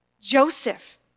Joseph